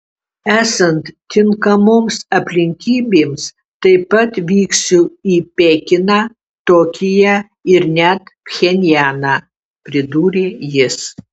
esant tinkamoms aplinkybėms taip pat vyksiu į pekiną tokiją ir net pchenjaną pridūrė jis